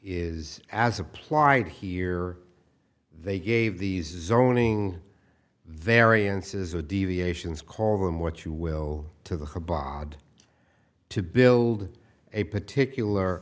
is as applied here they gave these zoning variances a deviations call them what you will to the bods to build a particular